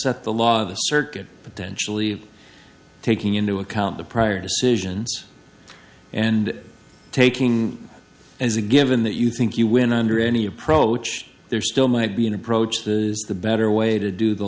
set the law the circuit potentially taking into account the prior decisions and taking as a given that you think you win under any approach there still might be an approach that is the better way to do the